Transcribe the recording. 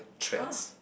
!huh!